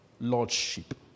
lordship